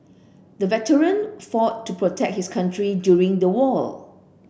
the veteran fought to protect his country during the war